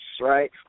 right